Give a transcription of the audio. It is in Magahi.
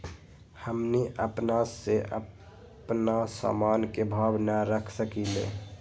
हमनी अपना से अपना सामन के भाव न रख सकींले?